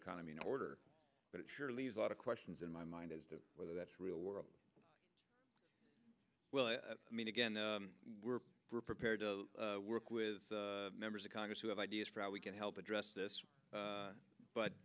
condom in order but it sure leaves a lot of questions in my mind as to whether that's real world well i mean again we're we're prepared to work with members of congress who have ideas for how we can help address this